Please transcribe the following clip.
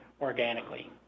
organically